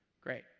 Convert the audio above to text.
Great